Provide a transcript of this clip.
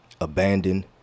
abandoned